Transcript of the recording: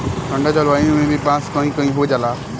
ठंडा जलवायु में भी बांस कही कही हो जाला